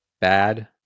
Bad